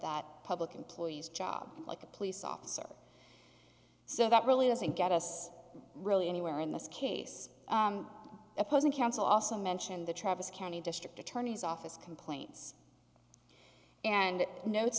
that public employees job like a police officer so that really doesn't get us really anywhere in this case opposing counsel also mention the travis county district attorney's office complaints and no